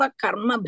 Karma